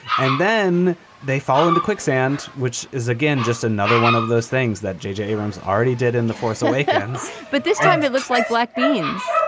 and then they fall into quicksand, which is again, just another one of those things that j j. abrams already did in the force awakens but this time it looks like black beans.